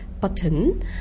button